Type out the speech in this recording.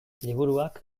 liburuak